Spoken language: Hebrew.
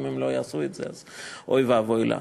אם הם לא יעשו את זה אז אוי ואבוי להם.